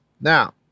Now